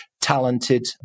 talented